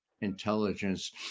intelligence